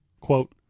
quote